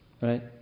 right